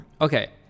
okay